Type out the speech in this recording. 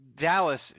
Dallas